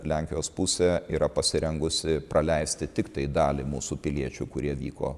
lenkijos pusė yra pasirengusi praleisti tiktai dalį mūsų piliečių kurie vyko